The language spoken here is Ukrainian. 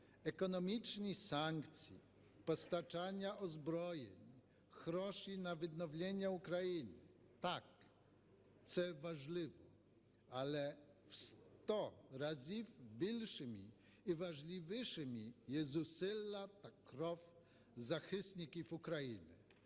Економічні санкції, постачання озброєнь, гроші на відновлення України – так, це важливо, але в сто разів більшими і важливішими є зусилля та кров захисників України.